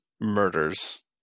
murders